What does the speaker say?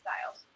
Styles